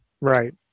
Right